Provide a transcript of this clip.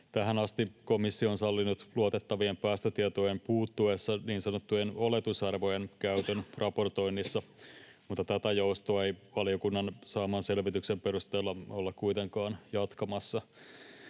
Tähän asti komissio on sallinut luotettavien päästötietojen puuttuessa niin sanottujen oletusarvojen käytön raportoinnissa, mutta tätä joustoa ei valiokunnan saaman selvityksen perusteella olla kuitenkaan jatkamassa.